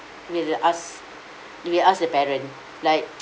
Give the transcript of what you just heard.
will ask will ask the parents like